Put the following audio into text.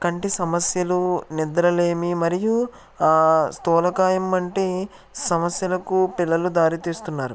కంటి సమస్యలు నిద్రలేమి మరియు ఆ స్థూలకాయం వంటి సమస్యలకు పిల్లలు దారి తీస్తున్నారు